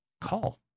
Call